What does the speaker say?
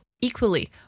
equally